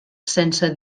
sense